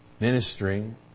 ministering